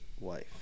wife